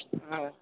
অঁ হয়